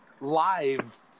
live